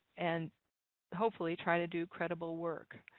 and hopefully, try to do credible work.